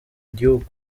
igihugu